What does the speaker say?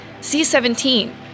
C-17